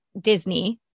Disney